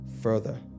further